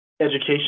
education